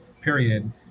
period